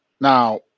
Now